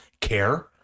care